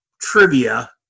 trivia